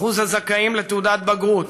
אחוז הזכאים לתעודת בגרות